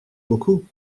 beaucoup